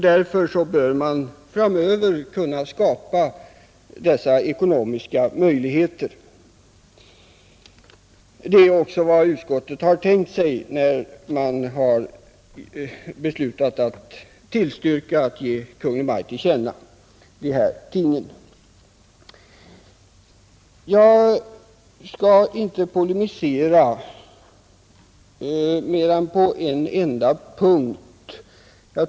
Därför bör man framöver kunna skapa dessa ekonomiska möjligheter. Det är också vad utskottet har tänkt sig när det hemställer att riksdagen skall ge Kungl. Maj:t dessa synpunkter till känna. Jag skall inte polemisera på mer än enda punkt.